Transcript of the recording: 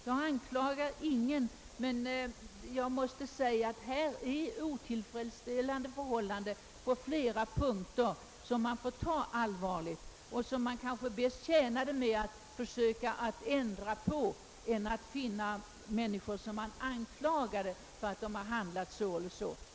Jag anklagar ingen, men jag måste säga att här råder otillfredsställande förhållanden på flera punkter, vilka man måste ta allvarligt på och vilka kanske vore mera betjänta av att ändras i stället för att man försöker finna syndabockar för den eller den handlingen.